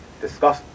discuss